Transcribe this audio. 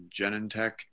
Genentech